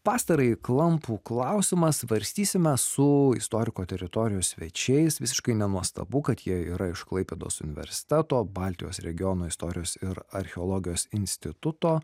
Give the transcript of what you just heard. pastarąjį klampų klausimą svarstysime su istoriko teritorijos svečiais visiškai nenuostabu kad jie yra iš klaipėdos universiteto baltijos regiono istorijos ir archeologijos instituto